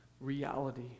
reality